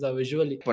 visually